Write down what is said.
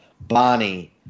Bonnie